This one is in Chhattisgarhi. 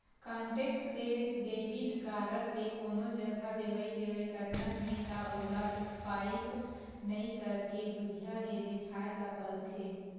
कांटेक्टलेस डेबिट कारड ले कोनो जघा लेवइ देवइ करना हे त ओला स्पाइप नइ करके दुरिहा ले देखाए ल परथे